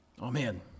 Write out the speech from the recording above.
Amen